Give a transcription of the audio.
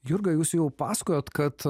jurga jūs jau pasakojot kad